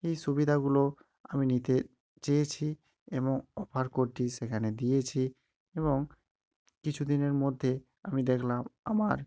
এই সুবিধাগুলো আমি নিতে চেয়েছি এবং অফার কোডটি সেখানে দিয়েছি এবং কিছুদিনের মধ্যে আমি দেখলাম আমার